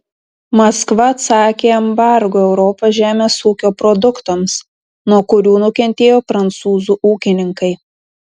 maskva atsakė embargu europos žemės ūkio produktams nuo kurio nukentėjo prancūzų ūkininkai